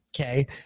Okay